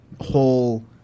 whole